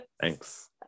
Thanks